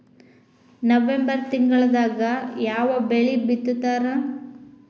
November ತಿಂಗಳದಾಗ ಯಾವ ಬೆಳಿ ಬಿತ್ತತಾರ?